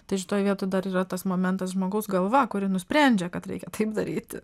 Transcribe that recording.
tai šitoj vietoj dar yra tas momentas žmogaus galva kuri nusprendžia kad reikia taip daryti